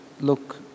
look